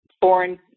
foreign